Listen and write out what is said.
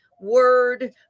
word